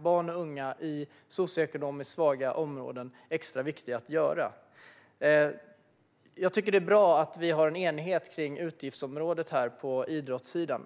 barn och unga i socioekonomiskt svaga områden extra viktiga. Jag tycker att det är bra att vi har en enighet kring utgiftsområdet på idrottssidan.